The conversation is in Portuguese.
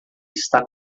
está